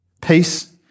Peace